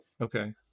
Okay